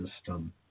system